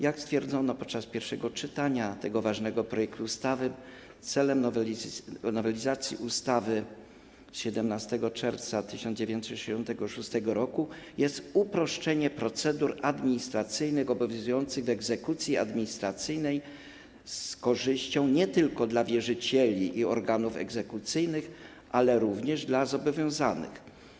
Jak stwierdzono podczas pierwszego czytania tego ważnego projektu ustawy, celem nowelizacji ustawy z dnia 17 czerwca 1966 r. jest uproszczenie procedur administracyjnych obowiązujących w egzekucji administracyjnej, co odbyłoby się z korzyścią nie tylko dla wierzycieli i organów egzekucyjnych, ale również dla zobowiązanych.